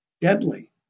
deadly